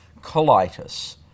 colitis